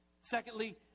Secondly